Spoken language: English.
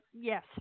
Yes